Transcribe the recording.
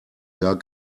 gar